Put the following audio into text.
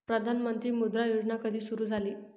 प्रधानमंत्री मुद्रा योजना कधी सुरू झाली?